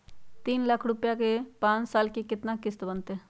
तीन लाख रुपया के पाँच साल के केतना किस्त बनतै?